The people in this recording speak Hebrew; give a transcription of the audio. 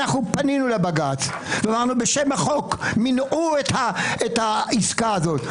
אנחנו פנינו לבג"ץ ואמרנו: בשם החוק מנעו את העסקה הזו.